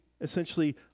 essentially